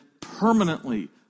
permanently